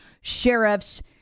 sheriffs